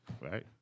right